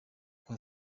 kwa